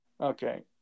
Okay